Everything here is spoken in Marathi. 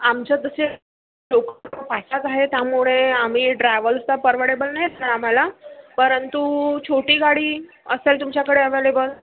आमच्या जसे आहे त्यामुळे आम्ही ट्रॅवल्सला परवडेबल नाही सर आम्हाला परंतु छोटी गाडी असेल तुमच्याकडे अवेलेबल